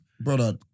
brother